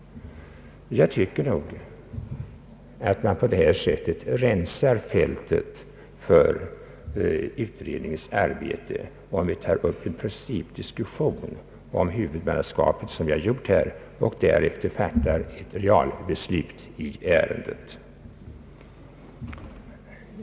Jag tycker att vi rensar fältet för utredningens arbete, om vi tar upp en principdiskussion om huvudmannaskapet, som vi gjort här, och därefter fattar realbeslut i ärendet.